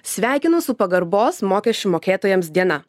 sveikinu su pagarbos mokesčių mokėtojams diena